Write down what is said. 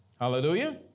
Hallelujah